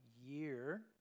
year